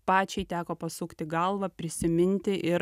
pačiai teko pasukti galvą prisiminti ir